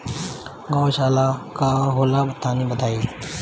गौवशाला का होला तनी बताई?